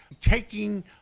taking